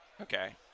okay